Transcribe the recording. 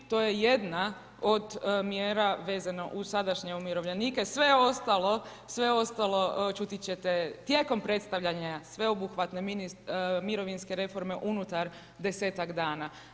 To je jedna od mjera vezano uz sadašnje umirovljenike, sve ostalo čuti ćete tijekom predstavljanja sveobuhvatne mirovinske reforme unutar desetak dana.